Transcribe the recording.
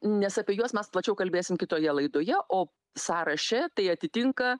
nes apie juos mes plačiau kalbėsim kitoje laidoje o sąraše tai atitinka